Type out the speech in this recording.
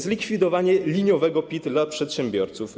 Zlikwidowanie liniowego PIT dla przedsiębiorców.